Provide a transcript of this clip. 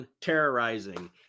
terrorizing